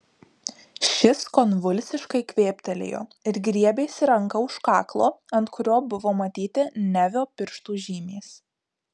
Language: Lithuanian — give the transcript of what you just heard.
šis konvulsiškai kvėptelėjo ir griebėsi ranka už kaklo ant kurio buvo matyti nevio pirštų žymės